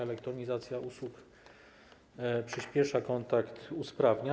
Elektronizacja usług przyspiesza kontakt, usprawnia.